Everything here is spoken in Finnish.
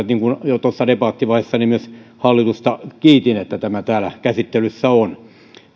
niin kuin jo tuossa debattivaiheessa myös hallitusta kiitin että tämä täällä käsittelyssä on